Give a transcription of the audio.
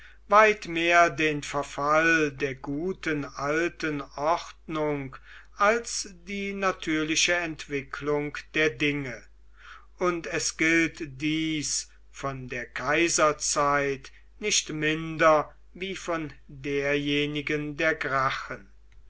weit mehr den verfall der guten alten ordnung als die natürliche entwicklung der dinge und es gilt dies von der kaiserzeit nicht minder wie von derjenigen der gracchen